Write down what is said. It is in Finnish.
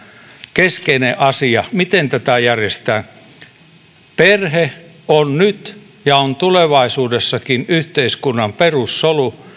keskeinen asia miten tätä järjestetään perhe on nyt ja on tulevaisuudessakin yhteiskunnan perussolu